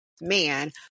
man